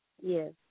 Yes